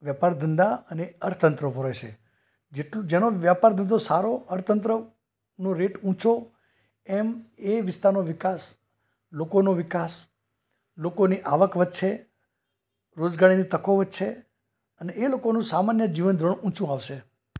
વ્યાપાર ધંધા અને અર્થતંત્ર ઉપર હોય છે જેટલું જેનો વ્યાપાર ધંધો સારો અર્થતંત્રનો રેટ ઊંચો એમ એ વિસ્તારનો વિકાસ લોકોનો વિકાસ લોકોની આવક વધશે રોજગારીની તકો વધશે અને એ લોકોનું સામાન્ય જીવનધોરણ ઊંચુ આવશે